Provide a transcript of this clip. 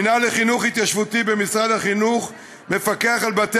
המינהל לחינוך התיישבותי במשרד החינוך מפקח על בתי